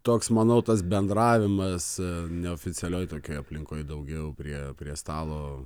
toks manau tas bendravimas neoficialioj tokioj aplinkoj daugiau prie prie stalo